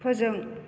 फोजों